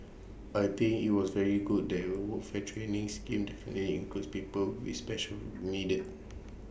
I think IT was very good that the fare training schemes definitively include people with special needs